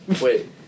Wait